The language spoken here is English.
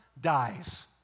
dies